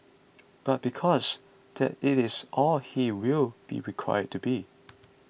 but because that it is all he will be required to be